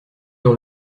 dans